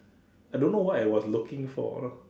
I don't know what I was looking for lah